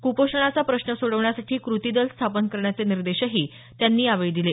कुपोषणाचा प्रश्न सोडवण्यासाठी कृती दल स्थापन करण्याचे निर्देशही त्यांनी यावेळी दिले